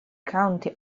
county